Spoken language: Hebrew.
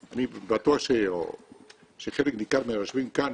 אני בטוח שחלק ניכר מהיושבים כאן,